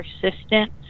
persistent